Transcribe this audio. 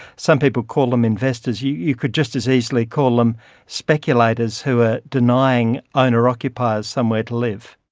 some people call them investors, you you could just as easily call them speculators who are denying owner occupiers somewhere to live.